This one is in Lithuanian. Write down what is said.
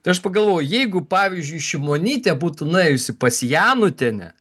tai aš pagalvojau jeigu pavyzdžiui šimonytė būtų nuėjusi pas janutienę